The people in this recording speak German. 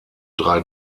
drei